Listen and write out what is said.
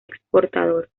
exportador